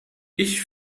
ich